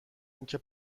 اینکه